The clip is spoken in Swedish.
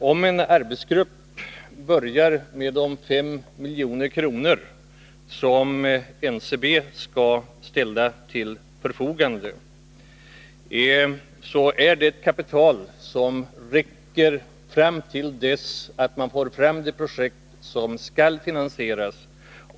Herr talman! NCB skall ställa 5 milj.kr. till förfogande. Arbetsgruppen kan börja sitt arbete med det beloppet, som bör räcka till dess man får fram de projekt som skall finansieras.